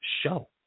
show